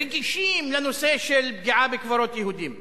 רגישים לנושא של פגיעה בקברות יהודיים.